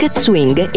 swing